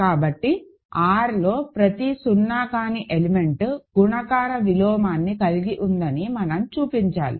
కాబట్టి R లో ప్రతి సున్నా కాని ఎలిమెంట్ గుణకార విలోమాన్ని కలిగి ఉందని మనం చూపించాలి